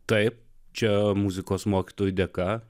taip čia muzikos mokytojų dėka